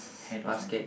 hat or something